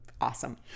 awesome